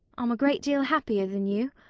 i'm a great deal happier than you.